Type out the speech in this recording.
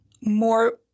more